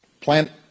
plant